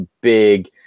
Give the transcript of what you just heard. big